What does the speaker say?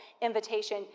invitation